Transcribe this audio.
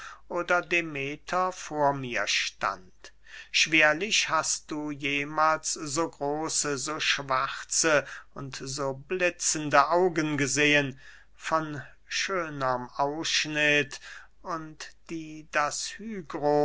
oder demeter vor mir stand schwerlich hast du jemahls so große so schwarze und so blitzende augen gesehen von schönerm ausschnitt und die das